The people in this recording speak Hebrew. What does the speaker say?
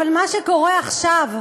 אבל מה שקורה שעכשיו,